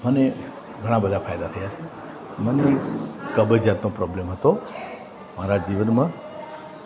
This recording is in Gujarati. મને ઘણા બધા ફાયદા થયા છે મને કબજિયાતનો પ્રોબ્લેમ હતો મારા જીવનમાં મને